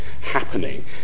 happening